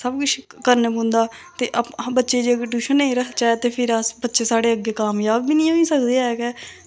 सब कुछ करना पौंदा ते बच्चे गी जेकर टयूशन नेईं रखचै ते फिर अस बच्चे साढ़े अग्गैं कामजाब बी नी होई सकदे ऐ गै